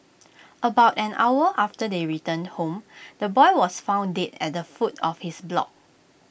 about an hour after they returned home the boy was found dead at the foot of his block